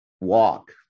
Walk